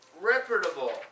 reputable